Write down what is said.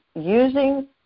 using